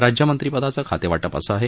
राज्यमंत्रीपदाचं खातेवाटप असं आहे